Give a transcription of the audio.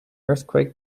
earthquake